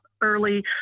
early